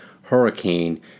hurricane